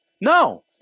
No